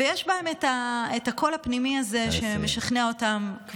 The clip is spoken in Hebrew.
ויש בהן הקול הפנימי הזה שמשכנע אותן, נא לסיים.